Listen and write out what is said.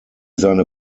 seine